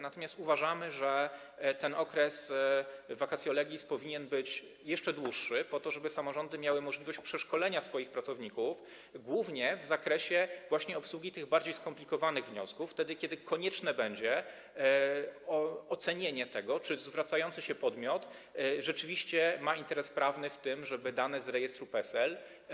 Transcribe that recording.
Natomiast uważamy, że ten okres vacatio legis powinien być jeszcze dłuższy po to, żeby samorządy miały możliwość przeszkolenia swoich pracowników głównie w zakresie obsługi właśnie tych bardziej skomplikowanych wniosków, gdy konieczne będzie ocenienie tego, czy zwracający się podmiot rzeczywiście ma interes prawny w tym, żeby uzyskać dane z rejestru PESEL.